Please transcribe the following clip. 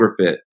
overfit